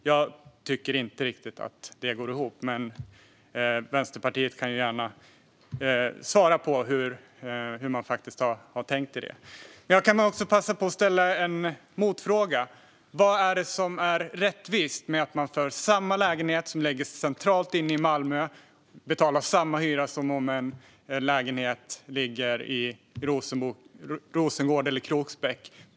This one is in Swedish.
Jag tycker inte riktigt att det går ihop, men Vänsterpartiet kan gärna få svara på hur de har tänkt när det gäller detta. Jag kan också passa på att ställa en motfråga: Vad är det som är rättvist med att man för en lägenhet som ligger centralt inne i Malmö betalar samma hyra som för en likadan lägenhet i Rosengård eller Kroksbäck?